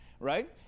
right